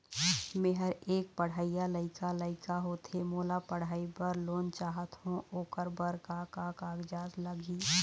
मेहर एक पढ़इया लइका लइका होथे मोला पढ़ई बर लोन चाहथों ओकर बर का का कागज लगही?